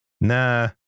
nah